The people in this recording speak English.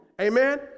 Amen